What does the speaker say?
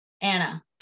Anna